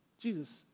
Jesus